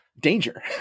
danger